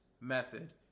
method